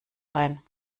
ein